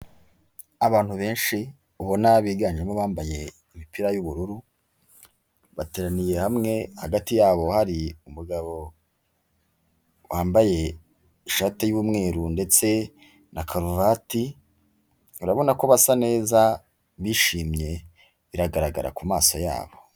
Abantu benshi ubona biganjemo abambaye imipira y'ubururu, bateraniye hamwe hagati yabo hari umugabo wambaye ishati y'umweru ndetse na karuvati, urabona ko basa neza, bishimye biragaragara ku maso yabo.